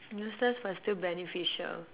useless but still beneficial